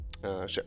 Sure